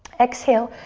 exhale,